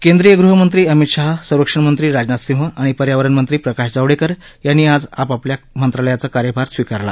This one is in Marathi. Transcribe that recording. केंद्रीय ग्हमंत्री अमित शाह संरक्षण मंत्री राजनाथ सिंह आणि पर्यावरण मंत्री प्रकाश जावडेकर यांनी आज आपआपल्या मंत्रालयाचा कार्यभार स्वीकारला